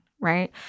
right